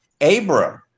Abram